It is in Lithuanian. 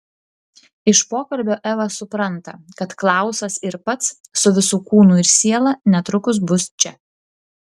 iš pokalbio eva supranta kad klausas ir pats su visu kūnu ir siela netrukus bus čia